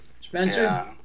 Spencer